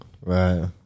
Right